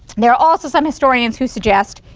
there are also some historians who suggest